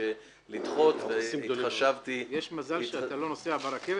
לדחות והתחשבתי --- יש מזל שאתה לא נוסע ברכבת,